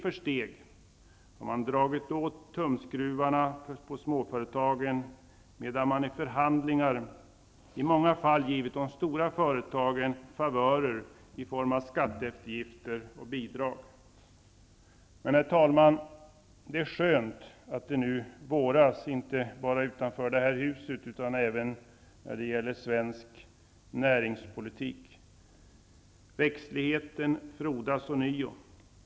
Man har dragit åt tumskruvarna på småföretagen steg för steg, medan man i förhandlingar i många fall givit de stora företagen favörer i form av skatteeftergifter och bidrag. Herr talman! Det är skönt att det nu våras, inte bara utanför det här huset, utan även när det gäller svensk näringspolitik. Växtligheten frodas ånyo.